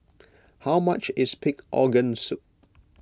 how much is Pig Organ Soup